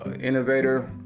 innovator